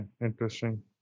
interesting